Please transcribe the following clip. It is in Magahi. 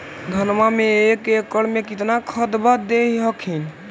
धनमा मे एक एकड़ मे कितना खदबा दे हखिन?